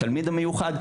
התלמיד המיוחד,